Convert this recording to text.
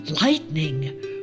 lightning